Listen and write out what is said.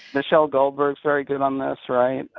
michelle goldberg's very good on this, right?